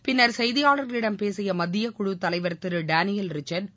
பின்னர் செய்தியாளர்களிடம் பேசிய மத்தியக்குழு தலைவர் திரு டேனியல் ரிச்சர்டு